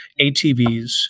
atvs